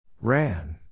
Ran